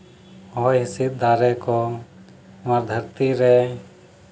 ᱦᱚᱭ ᱦᱤᱸᱥᱤᱫ ᱫᱟᱨᱮ ᱠᱚ ᱱᱚᱣᱟ ᱫᱷᱟᱹᱨᱛᱤ ᱨᱮ